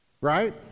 Right